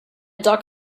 dog